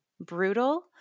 brutal